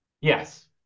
yes